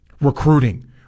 Recruiting